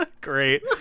Great